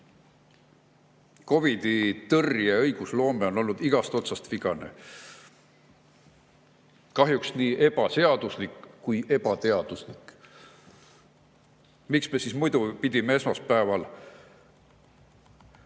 COVID‑i tõrje õigusloome on olnud igast otsast vigane, kahjuks nii ebaseaduslik kui ka ebateaduslik. Miks me muidu pidime esmaspäeval